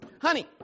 Honey